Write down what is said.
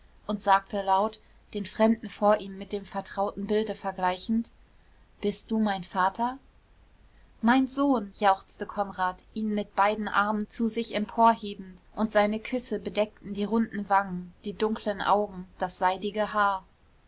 und sagte laut den fremden vor ihm mit dem vertrauten bilde vergleichend bist du mein vater mein sohn jauchzte konrad ihn mit beiden armen zu sich emporhebend und seine küsse bedeckten die runden wangen die dunklen augen das seidige haar